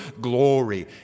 glory